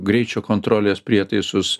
greičio kontrolės prietaisus